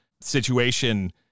situation